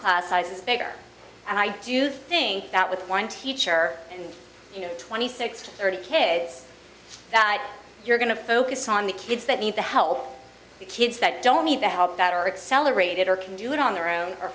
class sizes bigger and i do think that with one teacher and twenty six thirty kids that you're going to focus on the kids that need the help the kids that don't need the help that aren't celebrated or can do it on their own